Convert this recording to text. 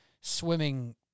swimming